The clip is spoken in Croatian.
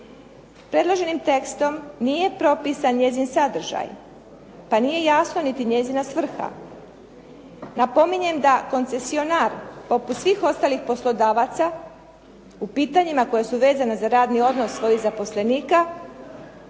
Predloženim tekstom nije propisan njezin sadržaj pa nije jasno niti njezina svrha. Napominjem da koncesionar poput svih ostalih poslodavaca u pitanjima koja su vezana za radni odnos svojih zaposlenika